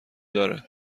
داره